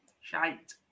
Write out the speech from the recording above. Shite